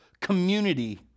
community